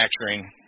manufacturing